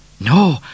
No